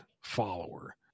follower